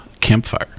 Campfire